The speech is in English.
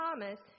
Thomas